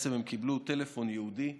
הם קיבלו טלפון ייעודי מוקשח,